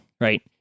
right